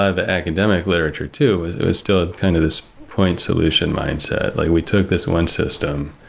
ah the academic literature too was still at kind of this point solution mindset. like we took this one system,